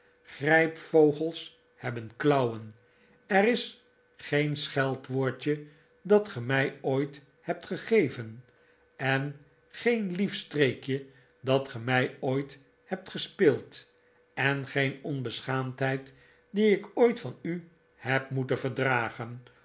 grijpvogels hebben klauwen er is geen scheldwoordje dat ge mij ooit hebt gegeven en geen lief streekje dat ge mij ooit hebt gespeeld en geen onbeschaamdheid die ik ooit van u heb moeten verdragen